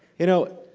you know,